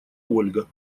ольга